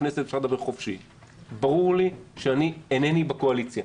ברור לי שאינני בקואליציה.